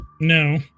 No